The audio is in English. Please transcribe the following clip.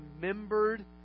remembered